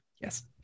Yes